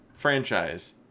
franchise